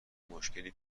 مشکلی